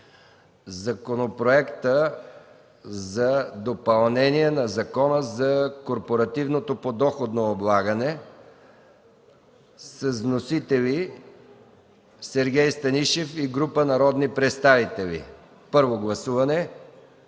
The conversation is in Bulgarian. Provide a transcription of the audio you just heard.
Законопроекта за допълнение на Закона за корпоративното подоходно облагане, внесен от Сергей Станишев и група народни представители на 26 юни